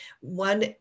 one